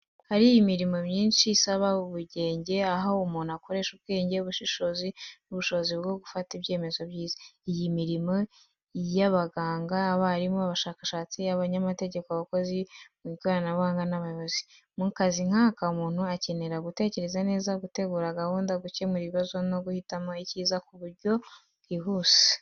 Hari imirimo myinshi y’ingenzi isaba ubugenge, aho umuntu akoresha ubwenge, ubushishozi n’ubushobozi bwo gufata ibyemezo byiza. Iyi mirimo irimo iy’abaganga, abarimu, abashakashatsi, abanyamategeko, abakozi mu by’ikoranabuhanga n’abayobozi. Mu kazi nk’aka, umuntu akenera gutekereza neza, gutegura gahunda, gukemura ibibazo no guhitamo icyiza mu buryo bwihuse.